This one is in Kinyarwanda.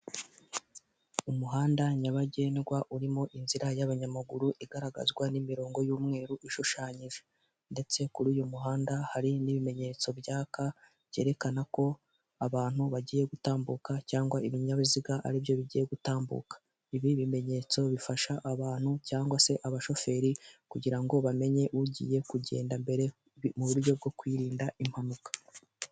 Umuhanda nyabagendwa urimo inzira y'abanyamaguru igaragazwa n'imirongo y'umweru ishushanyije .Ndetse kuri uyu muhanda hari n'ibimenyetso byaka byerekana ko abantu bagiye gutambuka cyangwa ibinyabiziga aribyo bigiye gutambuka. Ibi bimenyetso bifasha abantu cyangwa se abashoferi kugirango bamenye ugiye kugenda mbere mu buryo bwo kwirinda impanuka.